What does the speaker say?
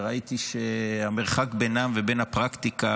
וראיתי שהמרחק ביניהן ובין הפרקטיקה